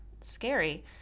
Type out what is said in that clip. scary